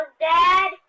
Dad